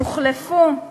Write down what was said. יוחלפו